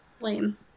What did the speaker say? Lame